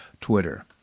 Twitter